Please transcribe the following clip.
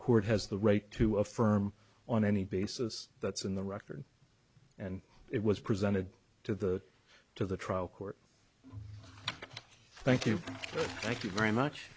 court has the right to affirm on any basis that's in the record and it was presented to the to the trial court thank you thank you very much